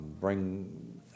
bring